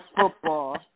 football